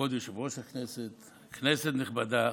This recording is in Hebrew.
כבוד יושב-ראש הכנסת, כנסת נכבדה,